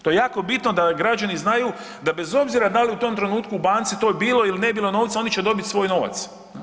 To je jako bitno da građani znaju da bez obzira da li u tom trenutku u banci toj bilo ili ne bilo novca oni će dobiti svoj novac.